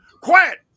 Quiet